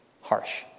harsh